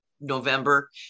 november